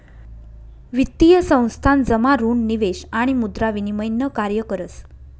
वित्तीय संस्थान जमा ऋण निवेश आणि मुद्रा विनिमय न कार्य करस